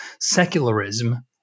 secularism